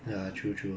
ya